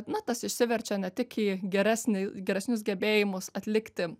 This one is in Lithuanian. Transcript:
na tas išsiverčia ne tik į geresnį geresnius gebėjimus atlikti